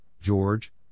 George